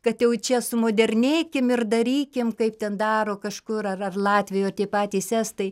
kad jau čia sumodernėkim ir darykim kaip ten daro kažkur ar ar latvijoj ar tie patys estai